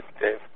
Dave